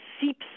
seeps